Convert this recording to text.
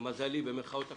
למזלי, במירכאות כפולות,